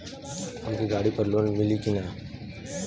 हमके गाड़ी पर लोन मिली का?